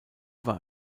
war